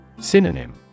Synonym